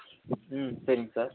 ம் சரிங்க சார்